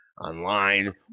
online